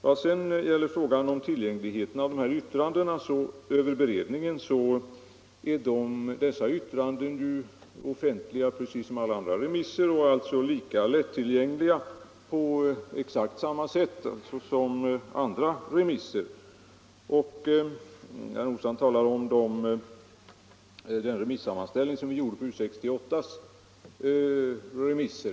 När det gäller frågan om tillgängligheten av yttrandena över beredningens promemoria vill jag säga att dessa yttranden är offentliga precis som alla andra remissvar och tillgängliga på exakt samma sätt som andra remissvar. Herr Nordstrandh talar om den sammanställning som vi gjorde över remissyttrandena om U 68.